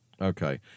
Okay